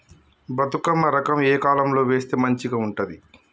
బతుకమ్మ రకం ఏ కాలం లో వేస్తే మంచిగా ఉంటది?